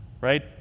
right